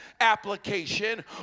application